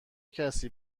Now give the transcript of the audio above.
کسی